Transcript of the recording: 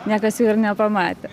niekas jų ir nepamatė